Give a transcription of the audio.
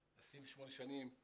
אני 28 שנים.